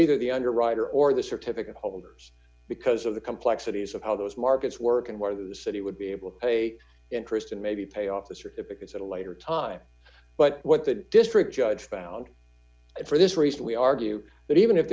either the underwriter or the certificate holders because of the complexities of how those markets work and where the city would be able to pay interest and maybe pay off the certificates at a later time but what the district judge found and for this reason we argue that even if